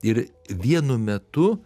ir vienu metu